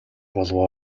болов